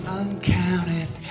uncounted